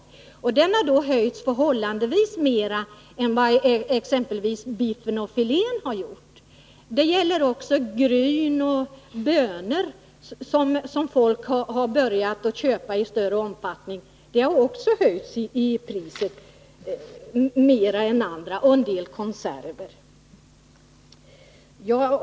Köttfärsen har alltså höjts förhållandevis mera än exempelvis biffen och filén. Detsamma gäller gryn och bönor som folk har börjat köpa i större omfattning. Dessa varor har också höjts mer än andra, liksom en del konserver.